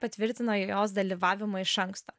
patvirtino jos dalyvavimą iš anksto